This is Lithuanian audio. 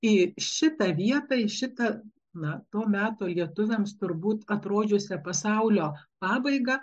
į šitą vietą į šitą na to meto lietuviams turbūt atrodžiusią pasaulio pabaigą